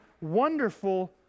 wonderful